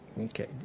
Okay